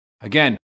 Again